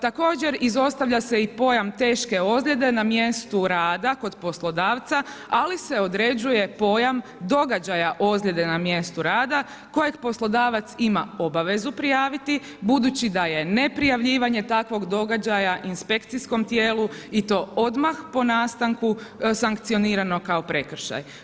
Također, izostavlja se i pojam teške ozljede na mjestu rada kod poslodavca, ali se određuje pojam događaja ozljede na mjestu rada kojeg poslodavac ima obavezu prijaviti budući da je neprijavljivanje takvog događaja inspekcijskom tijelu i to odmah po nastanku sankcionirano kao prekršaj.